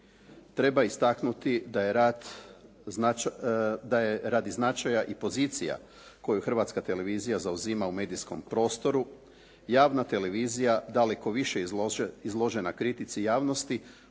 treba istaknuti da je radi značaja i pozicija koju Hrvatska televizija zauzima u medijskom prostoru, javna televizija daleko više izložena kritici javnosti